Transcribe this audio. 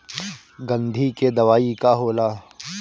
गंधी के दवाई का होला?